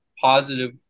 positive